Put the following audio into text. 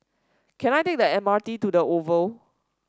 can I take the M R T to the Oval